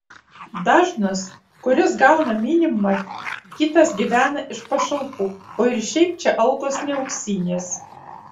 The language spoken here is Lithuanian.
dažnas kuris gauna minimumą kitas gyvena iš pašalpų o ir šiaip čia algos ne auksinės